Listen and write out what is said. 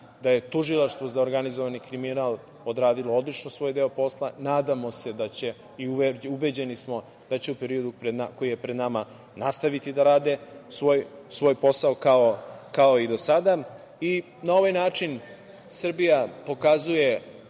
da je Tužilaštvo za organizovani kriminal odradilo odlično svoj deo posla. Nadamo se da će, i ubeđeni smo, da i u periodu koji je pred nama nastaviti da rade svoj posao kao i do sada. Na ovaj način Srbija pokazuje